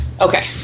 Okay